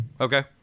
Okay